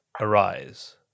arise